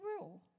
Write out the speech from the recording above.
rule